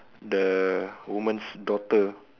the woman's daughter